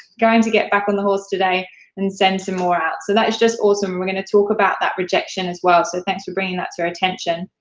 going to get back on the horse today and send some more out, so that is just awesome. we're gonna talk about that rejection as well, so thanks for bringing that to our attention.